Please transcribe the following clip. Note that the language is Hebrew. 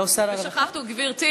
גברתי,